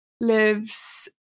lives